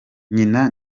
nyina